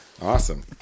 Awesome